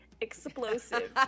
explosive